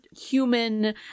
human